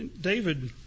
David